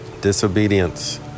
Disobedience